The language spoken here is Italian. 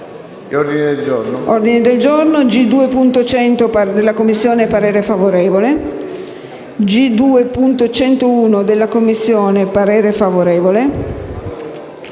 ordine del giorno.